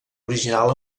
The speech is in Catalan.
original